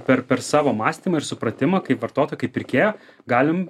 per per savo mąstymą ir supratimą kaip vartotojo kaip pirkėjo galim